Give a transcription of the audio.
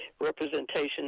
representation